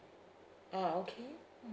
oh okay mm